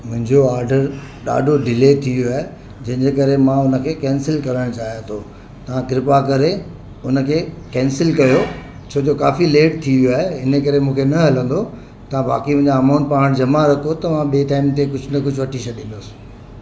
मुंहिंजो ऑडर ॾाढो डिले थी वियो आहे जंहिंजे करे मां हुनखे कैंसिल करणु चाहियां थो तव्हां कृपा करे हुनखे कैंसिल कयो छो जो काफ़ी लेट थी वियो आहे इनकरे मूंखे न हलंदो तव्हां बाक़ी मुंहिंजा अमाउंट पाणि जमा रखो त मां ॿिए टाइम ते कुझु न कुझु वठी छॾींदुसि